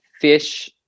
fish